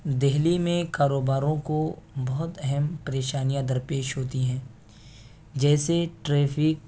دہلی میں کاروباروں کو بہت اہم پریشانیاں در پیش ہوتی ہیں جیسے ٹریفک